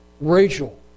Rachel